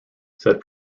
said